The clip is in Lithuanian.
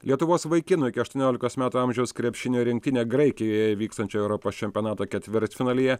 lietuvos vaikinų iki aštuoniolikos metų amžiaus krepšinio rinktinė graikijoje vykstančio europos čempionato ketvirtfinalyje